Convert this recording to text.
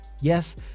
yes